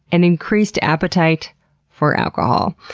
an increased appetite for alcohol.